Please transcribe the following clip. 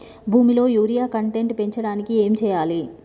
భూమిలో urea content పెంచడానికి ఏం చేయాలి?